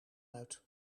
uit